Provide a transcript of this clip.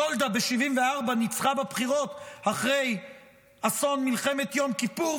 גולדה ב-1974 ניצחה בבחירות אחרי אסון מלחמת יום כיפור,